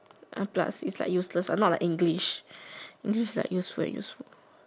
a plus is like useless not like English English is like useful and useful